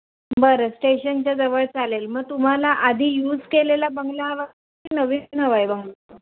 बरं स्टेशनच्या जवळ चालेल मग तुम्हाला आधी यूज केलेला बंगला हवा की नवीन हवा आहे बंगला